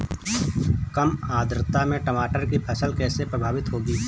कम आर्द्रता में टमाटर की फसल कैसे प्रभावित होगी?